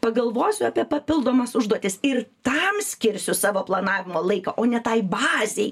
pagalvosiu apie papildomas užduotis ir tam skirsiu savo planavimo laiką o ne tai bazei